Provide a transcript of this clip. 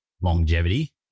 longevity